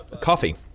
Coffee